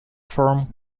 firm